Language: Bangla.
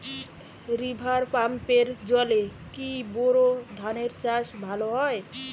রিভার পাম্পের জলে কি বোর ধানের চাষ ভালো হয়?